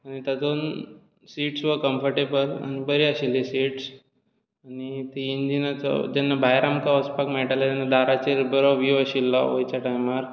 तातूंत सीट्स वर कमफर्टेबल बरीं आशिल्लीं सीट्स जेन्ना भायर आमकां वचपाक मेळटालें तेन्ना दाराचेर उबे रावन जो व्यू आशिल्लो वयच्या टायमार